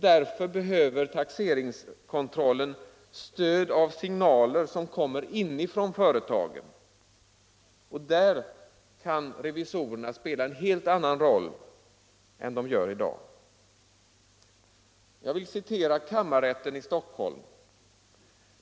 Därför behöver taxeringskontrollen stöd av signaler som kommer inifrån företagen. Och där kan revisorerna spela en helt annan roll än de gör i dag. Jag vill citera kammarrätten i Stockholm.